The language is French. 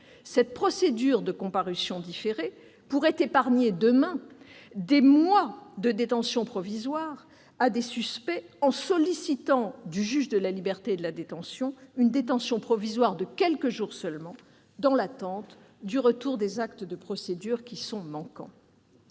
Cette procédure de comparution différée pourrait épargner demain des mois de détention provisoire à ces suspects en sollicitant du juge des libertés et de la détention une détention provisoire de seulement quelques jours dans l'attente du retour des actes de procédures manquants.